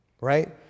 Right